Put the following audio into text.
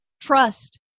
trust